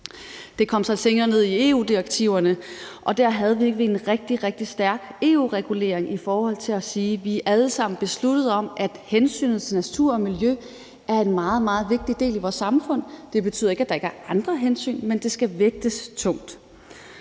Det kom så senere ned i EU-direktiverne, og der havde vi en rigtig, rigtig stærk EU-regulering i forhold til at sige, at vi alle sammen har besluttet, at hensynet til natur og miljø er en meget, meget vigtig del af vores samfund. Det betyder ikke, at der ikke er andre hensyn, men det skal vægtes tungt.